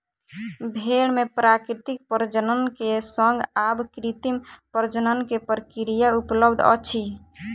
भेड़ मे प्राकृतिक प्रजनन के संग आब कृत्रिम प्रजनन के प्रक्रिया उपलब्ध अछि